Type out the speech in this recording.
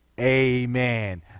amen